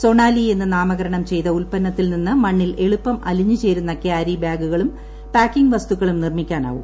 സൊണാലി എന്ന് നാമകരണം ചെയ്ത ഉത്പന്നത്തിൽ ന്യിന്ന് മണ്ണിൽ എളുപ്പം അലിഞ്ഞുചേരുന്ന ക്യാരി ബാഗുകളും പാക്കിംഗ് വ്സ്തുക്കളും നിർമ്മിക്കാനാവും